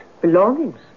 Belongings